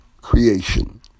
creation